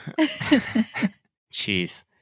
Jeez